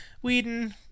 Whedon